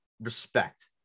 Respect